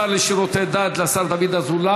וגם לשר לשירותי דת, השר דוד אזולאי.